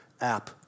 app